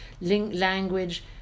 language